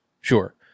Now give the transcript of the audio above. Sure